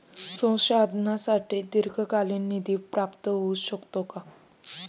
संशोधनासाठी दीर्घकालीन निधी प्राप्त होऊ शकतो का?